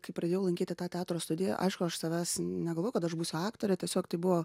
kai pradėjau lankyti tą teatro studiją aišku aš savęs negalvojau kad aš būsiu aktorė tiesiog tai buvo